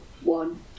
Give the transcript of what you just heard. one